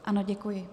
Ano, děkuji.